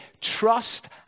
Trust